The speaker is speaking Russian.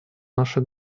наше